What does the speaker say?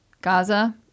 Gaza